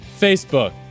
Facebook